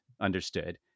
understood